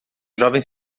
jovem